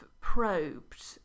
probed